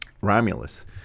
Romulus